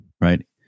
right